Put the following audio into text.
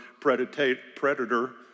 predator